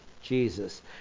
Jesus